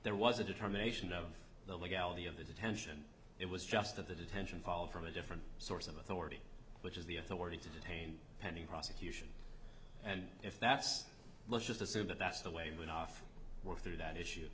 there was a determination of the legality of the detention it was just that the detention fall from a different source of authority which is the authority to detain pending prosecution and if that's let's just assume that that's the way when off work through that issue